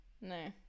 No